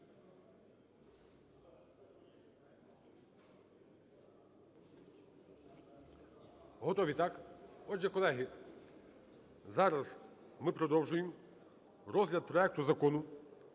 Готові, так? Отже, колеги, зараз ми продовжуємо розгляд проекту Закону